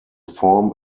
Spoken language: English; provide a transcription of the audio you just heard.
form